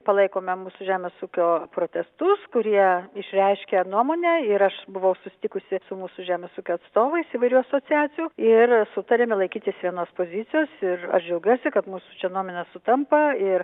palaikome mūsų žemės ūkio protestus kurie išreiškia nuomonę ir aš buvau susitikusi su mūsų žemės ūkio atstovais įvairių asociacijų ir sutarėme laikytis vienos pozicijos ir aš džiaugiuosi kad mūsų čia nuomonės sutampa ir